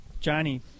Johnny